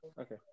Okay